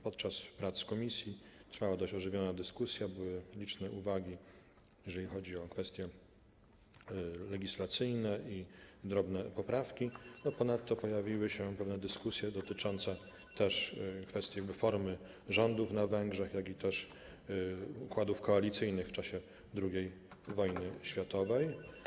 Podczas prac w komisji trwała dość ożywiona dyskusja, były liczne uwagi, jeżeli chodzi o kwestie legislacyjne, i drobne poprawki, ponadto pojawiły się pewne dyskusje dotyczące kwestii formy rządów na Węgrzech, jak też układów koalicyjnych w czasie II wojny światowej.